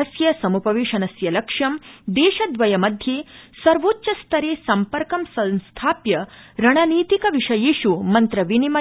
अस्य समृपवेशनस्य लक्ष्यं देशद्वय मध्ये सर्वोच्चस्तरे संपर्क संस्थाप्य रणनीतिक विषयेष् मंत्र विनियम